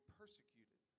persecuted